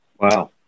Wow